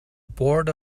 board